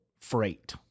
freight